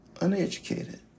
uneducated